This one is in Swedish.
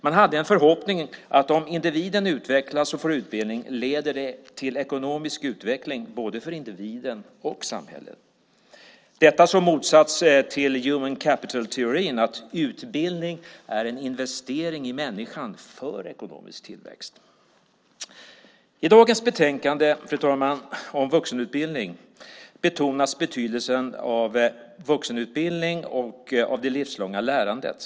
Man hade en förhoppning att om individen utvecklas och får utbildning leder det till ekonomisk utveckling både för individen och för samhället. Detta som motsats till human capitol-teorin att utbildning är en investering i människan för ekonomisk tillväxt. Fru talman! I dagens betänkande om vuxenutbildning betonas betydelsen av vuxenutbildning och av det livslånga lärandet.